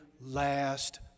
last